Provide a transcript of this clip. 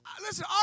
Listen